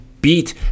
beat